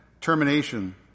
Termination